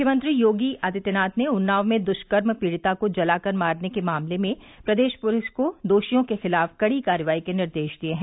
मुख्यमंत्री योगी आदित्यनाथ ने उन्नाव में दुष्कर्म पीड़िता को जलाकर मारने के मामले में प्रदेश पुलिस को दोषियों के खिलाफ कड़ी कार्रवाई के निर्देश दिए हैं